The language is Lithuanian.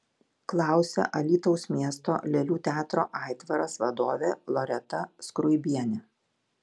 klausia alytaus miesto lėlių teatro aitvaras vadovė loreta skruibienė